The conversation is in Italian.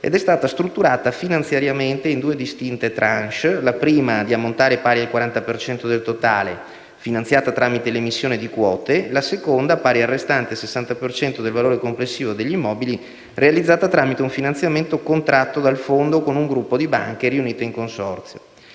ed è stata strutturata finanziariamente in due distinte *tranche*: la prima, di ammontare pari al 40 per cento del totale, finanziata tramite l'emissione di quote; la seconda, pari al restante 60 per cento del valore complessivo degli immobili, realizzata tramite un finanziamento contratto dal Fondo con un gruppo di banche riunite in consorzio.